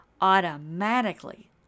automatically